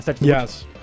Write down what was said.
Yes